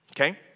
Okay